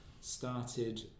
started